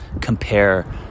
compare